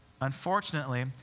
Unfortunately